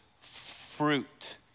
fruit